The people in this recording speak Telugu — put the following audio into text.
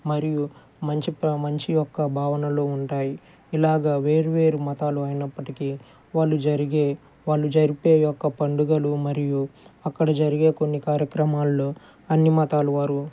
మరియు మంచి మంచి యొక్క భావనలు ఉంటాయి ఇలాగ వేరు వేరు మతాలు అయినప్పటికీ వాళ్ళు జరిగే వాళ్ళు జరిపే యొక్క పండుగలు మరియు అక్కడ జరిగే కొన్ని కార్యక్రమాల్లో అన్నీ మతాల వారు